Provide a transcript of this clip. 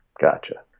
Gotcha